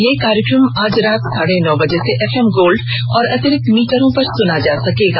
यह कार्यक्रम आज रात साढे नौ बजे से एफएम गोल्डा और अतिरिक्त मीटरों पर सुना जा सकेगा